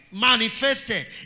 manifested